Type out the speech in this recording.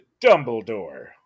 Dumbledore